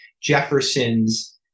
jefferson's